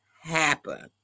happen